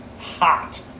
Hot